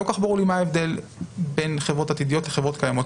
לא כל-כך ברור לי מה ההבדל בין חברות עתידיות לחברות קיימות,